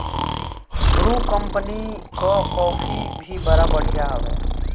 Bru company कअ coffee भी बड़ा बढ़िया हवे